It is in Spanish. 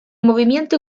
movimiento